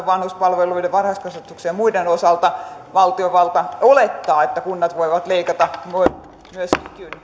vanhuspalveluiden varhaiskasvatuksen ja muiden osalta valtiovalta olettaa että kunnat voivat leikata myös